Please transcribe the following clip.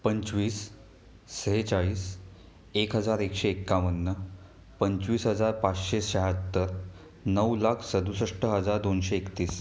पंचवीस सेहेचाळीस एक हजार एकशे एक्कावन्न पंचवीस हजार पाचशे शहात्तर नऊ लाख सदुसष्ट हजार दोनशे एकतीस